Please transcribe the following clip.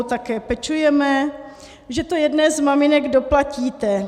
Také pečujeme, že to jedné z maminek doplatíte.